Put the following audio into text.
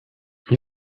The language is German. ihr